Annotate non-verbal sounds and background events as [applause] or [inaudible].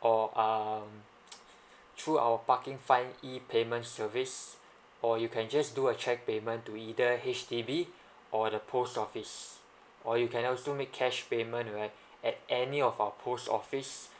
or um [noise] through our parking fine e payment service or you can just do a cheque payment to either H_D_B or the post office or you can also make cash payment right at any of our post office